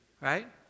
Right